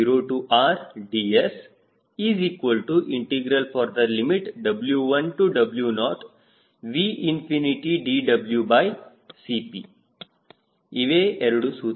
R0RdSW1W0VdWCP ಇವೆ ಎರಡು ಸೂತ್ರಗಳು